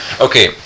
Okay